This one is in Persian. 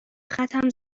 خطم